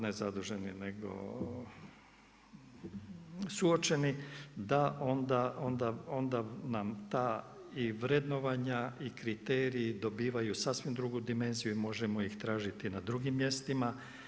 Ne zaduženi nego suočeni, da onda nam ta i vrednovanja i kriteriji dobivaju sasvim drugu dimenziju i možemo ih tražiti na drugim mjestima.